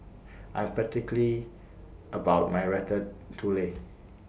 I Am particular about My Ratatouille